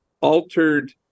altered